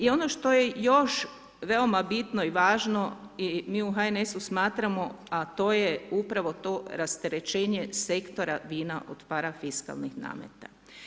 I ono što je još veoma bitno i važno i mi u HNS-u smatramo a to je upravo to rasterećenje sektora vina od parafiskalnih nameta.